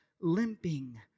limping